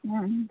ಹ್ಞೂ